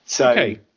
Okay